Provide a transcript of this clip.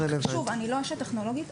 שוב, אני לא אשת טכנולוגיה.